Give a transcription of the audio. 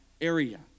area